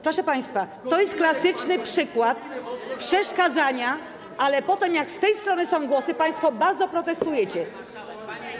Proszę państwa, to jest klasyczny przykład przeszkadzania, ale jak potem z tej strony są głosy, państwo bardzo protestujecie.